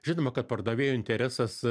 žinoma kad pardavėjo interesas